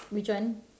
which one